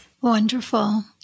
Wonderful